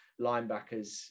linebackers